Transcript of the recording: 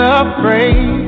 afraid